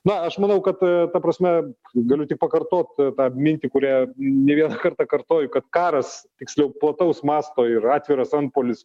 na aš manau kad ta prasme galiu tik pakartot tą mintį kurią ne vieną kartą kartoju kad karas tiksliau plataus masto ir atviras antpuolis